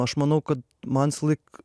aš manau kad man visąlaik